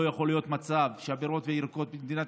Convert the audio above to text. לא יכול להיות מצב שהפירות והירקות במדינת